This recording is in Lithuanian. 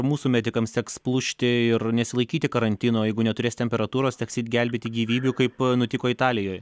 mūsų medikams teks plušti ir nesilaikyti karantino jeigu neturės temperatūros teks eit gelbėti gyvybių kaip nutiko italijoj